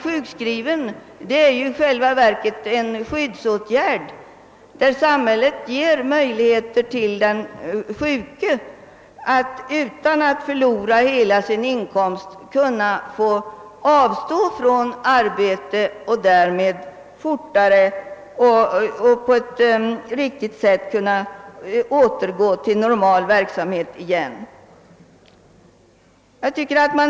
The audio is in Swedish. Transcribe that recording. Den är i själva verket en skyddsåtgärd genom vilken samhället ger den sjuke möjlighet att utan att förlora hela sin inkomst avstå från arbete och därigenom fortare kunna återgå till normal verksamhet igen.